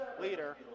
leader